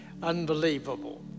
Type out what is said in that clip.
unbelievable